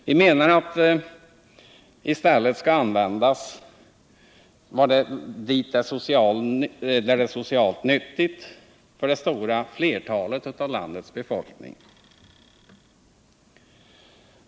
Vi menar att investeringarna i stället skall styras av vad som är socialt nyttigt för det stora flertalet av landets befolkning.